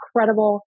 incredible